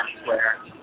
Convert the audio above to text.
Square